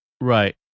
Right